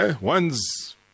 One's